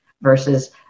versus